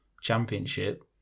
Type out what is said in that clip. Championship